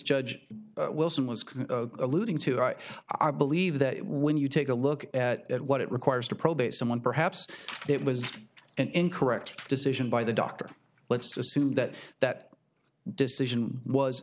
judge wilson was kind of alluding to i i believe that when you take a look at what it requires to probate someone perhaps it was an incorrect decision by the doctor let's assume that that decision was